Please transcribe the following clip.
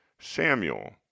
Samuel